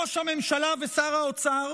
ראש הממשלה ושר האוצר